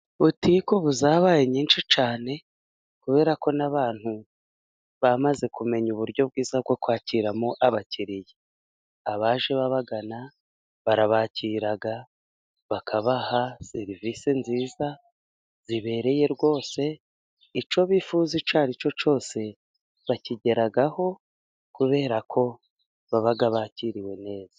Butiki ubu zabaye nyinshi cyane kubera ko n'abantu bamaze kumenya uburyo bwiza bwo kwakiramo abakiriya. Abaje babagana barabakira, bakabaha serivisi nziza zibereye rwose, icyo bifuza icyo ari cyo cyose bakigeraho, kubera ko baba bakiriwe neza.